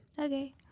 okay